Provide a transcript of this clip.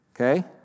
okay